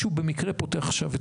שהוא במסורת.